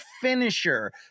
finisher